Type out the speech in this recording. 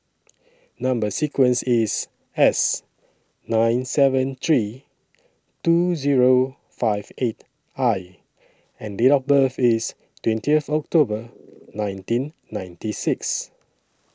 Number sequence IS S nine seven three two Zero five eight I and Date of birth IS twentieth October nineteen ninety six